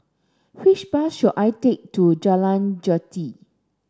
which bus should I take to Jalan Jati